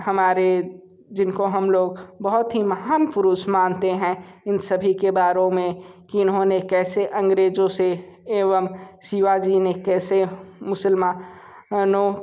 हमारे जिन को हम लोग बहुत ही महान पुरुष मानते हैं इन सभी के बारें में कि इन्होंने कैसे अंग्रेज़ों से एवं शिवाजी ने कैसे मुसलमानों